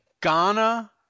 Ghana